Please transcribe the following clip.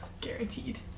guaranteed